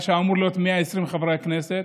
מה שאמור להיות 120 חברי כנסת,